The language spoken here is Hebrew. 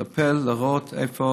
לטפל, לראות, איפה